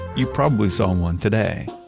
you probably saw one today.